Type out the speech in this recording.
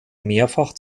mehrfach